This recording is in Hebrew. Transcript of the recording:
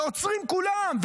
ועוצרים כולם,